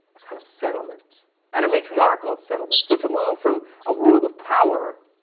a kind of settlement and a matriarchal settlement. so to move from a world of power,